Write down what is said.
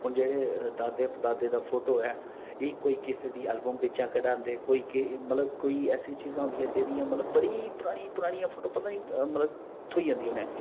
हून जेह्ड़े दादे परदादे दा फोटो ऐ एह् कोई कुसै दी एलबम बिच्च कढांदे कोई केह् मतलब कोई ऐसी चीजां होंदियां जेह्दियां मतलब बड़ी परानियां परानियां फोटो पता नी मतलब थ्होई जंदियां न